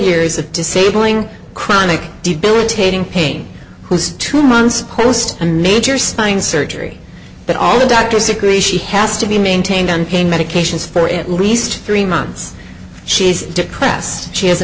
years of disabling chronic debilitating pain who's two months post a major spine surgery but all the doctors agree she has to be maintained on pain medications for at least three months she's depressed she has a